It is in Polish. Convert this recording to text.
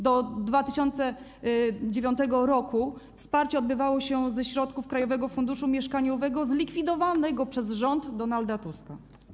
Do 2009 r. wsparcie odbywało się ze środków Krajowego Funduszu Mieszkaniowego, zlikwidowanego przez rząd Donalda Tuska.